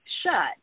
shut